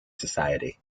society